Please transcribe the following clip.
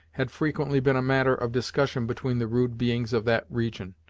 had frequently been a matter of discussion between the rude beings of that region.